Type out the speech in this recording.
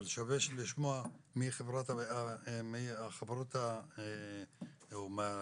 אבל שווה לשמוע מהחברות או מהלשכות